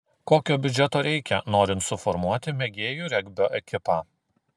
kokio biudžeto reikia norint suformuoti mėgėjų regbio ekipą